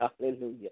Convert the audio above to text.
Hallelujah